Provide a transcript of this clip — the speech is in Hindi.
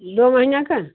दो महीने का